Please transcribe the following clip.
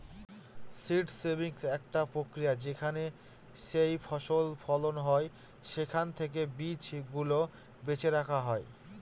seed saving একটা প্রক্রিয়া যেখানে যেইফসল ফলন হয় সেখান থেকে বীজ গুলা বেছে রাখা হয়